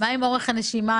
מה עם אורך הנשימה?